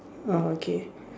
uh okay